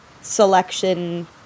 selection